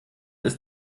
ist